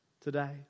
today